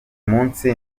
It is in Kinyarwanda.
munsi